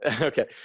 Okay